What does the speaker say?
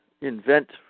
invent